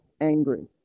angry